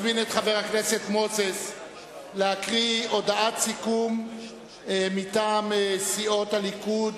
הכנסת מוזס להקריא הודעת סיכום מטעם סיעות הליכוד,